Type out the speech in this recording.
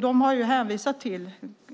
Man har hänvisat till